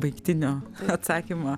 baigtinio atsakymo